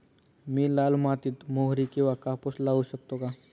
मी लाल मातीत मोहरी किंवा कापूस लावू शकतो का?